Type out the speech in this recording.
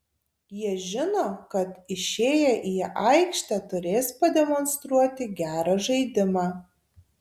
jie žino kad išėję į aikštę turės pademonstruoti gerą žaidimą